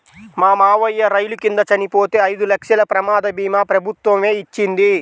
మా మావయ్య రైలు కింద చనిపోతే ఐదు లక్షల ప్రమాద భీమా ప్రభుత్వమే ఇచ్చింది